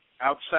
Outside